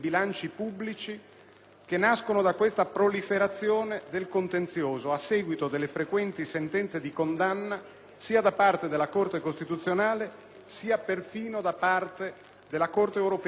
che nascono da questa proliferazione del contenzioso a seguito delle frequenti sentenze di condanna sia da parte della Corte costituzionale, sia perfino da parte della Corte europea dei diritti dell'uomo.